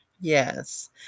yes